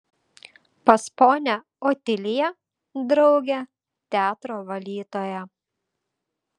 pas ponią otiliją draugė teatro valytoja